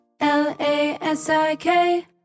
L-A-S-I-K